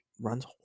runs